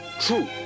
True